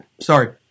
sorry